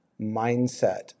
mindset